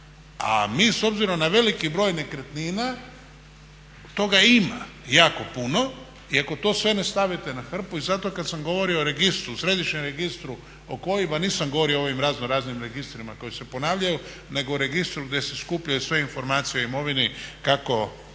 A mi s obzirom na veliki broj nekretnina, toga ima jako puno, i ako to sve ne stavite na hrpu i zato kad sam govorio o Središnjem registru oko OIB-a nisam govorio o ovim raznoraznim registrima koji se ponavljaju nego o registru gdje se skupljaju sve informacije o imovini kako